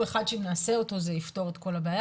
אחד שאם נעשה אותו זה יפתור את כל הבעיה,